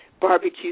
barbecue